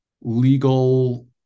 legal